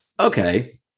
Okay